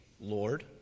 Lord